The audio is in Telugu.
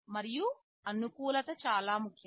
మరియు అనుకూలత చాలా ముఖ్యం